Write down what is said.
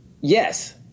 Yes